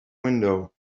window